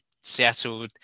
Seattle